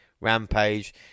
Rampage